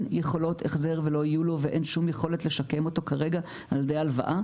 יכולות החזר ולא יהיו לו ואין שום יכולת לשקם אותו כרגע על ידי הלוואה.